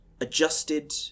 adjusted